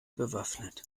bewaffnet